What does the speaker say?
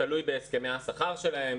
תלוי בהסכמי השכר שלהם,